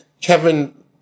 Kevin